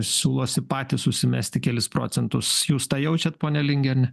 siūlosi patys užsimesti kelis procentus jūs tą jaučiat pone linge ar ne